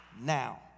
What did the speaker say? now